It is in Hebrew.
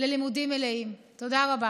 תודה רבה.